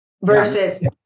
versus